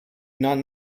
not